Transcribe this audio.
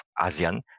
ASEAN